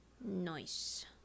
nice